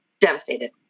devastated